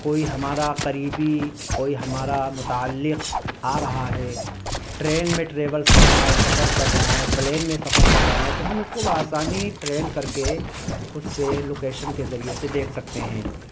کوئی ہمارا قریبی کوئی ہمارا متعلق آ رہا ہے ٹرین میں ٹریولس کر رہا ہے سفر کر رہا ہے پلین میں سفر کر رہا ہے تو ہم اس کو بآسانی ٹرینڈ کر کے اس پہ لوکیشن کے ذریعے سے دیکھ سکتے ہیں